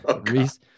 Reese